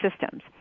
systems